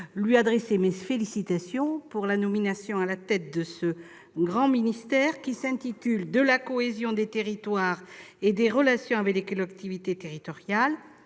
lui adresse mes félicitations pour sa nomination à la tête de ce grand ministère de la cohésion des territoires et des relations avec les collectivités territoriales-